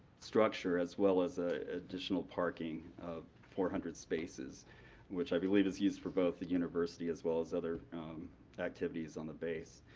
structure, as well as ah additional parking of four hundred spaces which i believe is used for both the university, as well as other activities on the base.